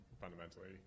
fundamentally